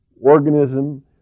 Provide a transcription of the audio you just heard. organism